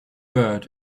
bird